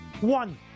one